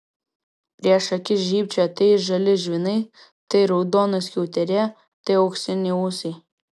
prieš akis žybčiojo tai žali žvynai tai raudona skiauterė tai auksiniai ūsai